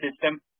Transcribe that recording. system